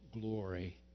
glory